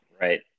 right